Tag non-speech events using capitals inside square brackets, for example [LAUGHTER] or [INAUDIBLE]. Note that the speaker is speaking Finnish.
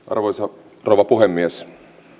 [UNINTELLIGIBLE] arvoisa rouva puhemies